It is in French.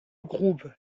groupe